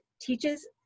teaches